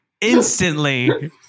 instantly